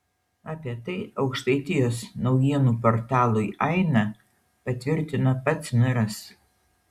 apie tai aukštaitijos naujienų portalui aina patvirtino pats meras